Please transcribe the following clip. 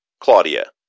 Claudia